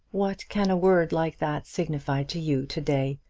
what can a word like that signify to you to-day?